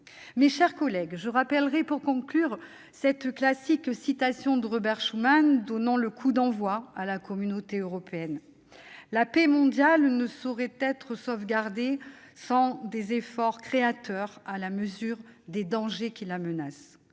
Mes chers collègues, pour conclure, je rappellerai cette fameuse citation de Robert Schuman donnant le coup d'envoi à la Communauté européenne :« La paix mondiale ne saurait être sauvegardée sans des efforts créateurs à la mesure des dangers qui la menacent.